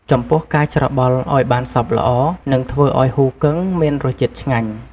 ចំពោះការច្របល់ឱ្យបានសព្វល្អ នឹងធ្វើឱ្យហ៊ូគឹងមានរសជាតិឆ្ងាញ់។